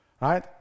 right